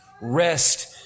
Rest